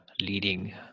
leading